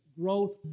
growth